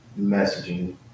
messaging